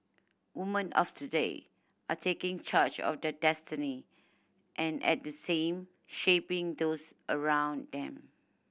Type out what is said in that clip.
woman of today are taking charge of their destiny and at the same shaping those around them